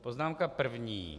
Poznámka první.